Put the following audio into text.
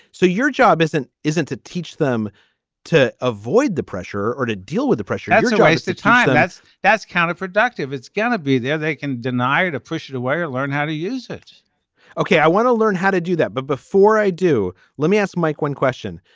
so your job isn't isn't to teach them to avoid the pressure or to deal with the pressure that's twice the time that's that's counterproductive. it's gonna be there. they can deny it push it away or learn how to use it okay i want to learn how to do that but before i do let me ask mike one question.